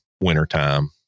wintertime